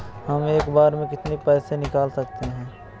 हम एक बार में कितनी पैसे निकाल सकते हैं?